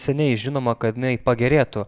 seniai žinoma kad jinai pagerėtų